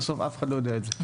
בסוף אף אחד לא יודע את זה.